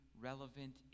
relevant